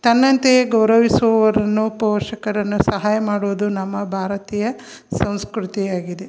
ತನ್ನಂತೆ ಗೌರವಿಸುವವರನ್ನು ಪೋಷಕರನ್ನು ಸಹಾಯ ಮಾಡೋದು ನಮ್ಮ ಭಾರತೀಯ ಸಂಸ್ಕೃತಿಯಾಗಿದೆ